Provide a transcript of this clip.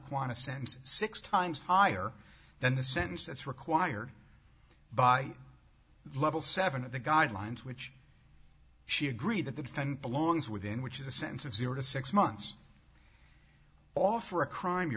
sentence six times higher than the sentence that's required by level seven of the guidelines which she agreed that the defendant belongs within which is a sense of zero to six months off for a crime you